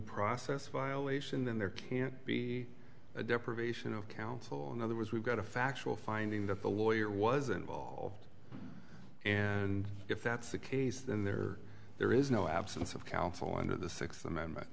process violation then there can be a deprivation of counsel in other words we've got a factual finding that the lawyer was involved and if that's the case then there there is no absence of counsel under the sixth amendment